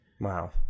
Wow